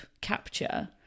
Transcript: capture